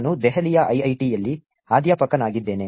ನಾನು ದೆಹಲಿಯ ಐಐಐಟಿಯಲ್ಲಿ ಅಧ್ಯಾಪಕನಾಗಿದ್ದೇನೆ